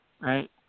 Right